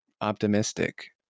optimistic